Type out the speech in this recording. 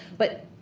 but.